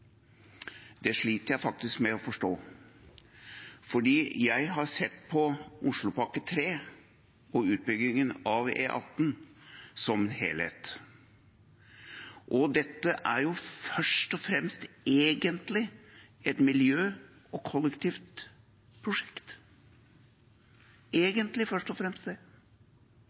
Det sliter jeg faktisk med å forstå. Jeg har sett på Oslopakke 3 og utbyggingen av E18 som en helhet, og dette er jo først og fremst et miljø- og kollektivprosjekt – egentlig er det først og fremst det,